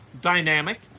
dynamic